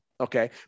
Okay